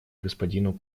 господину